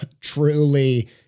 truly